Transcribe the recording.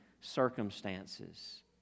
circumstances